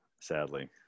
sadly